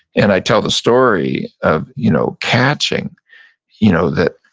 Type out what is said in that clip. and i tell the story of you know catching you know that